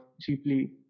cheaply